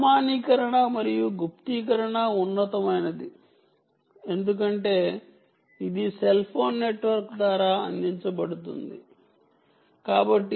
ప్రామాణీకరణ మరియు గుప్తీకరణ ఉన్నతమైనది ఎందుకంటే ఇది సెల్ ఫోన్ నెట్వర్క్ ద్వారా అందించబడుతుంది కాబట్టి